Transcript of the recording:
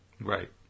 Right